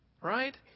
right